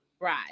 Right